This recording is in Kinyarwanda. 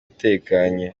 utekanye